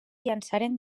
llançaren